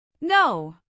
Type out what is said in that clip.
No